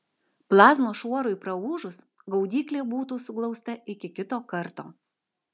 plazmos šuorui praūžus gaudyklė būtų suglausta iki kito karto